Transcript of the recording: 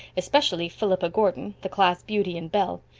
especially philippa gordon, the class beauty and belle.